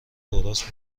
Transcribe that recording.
درست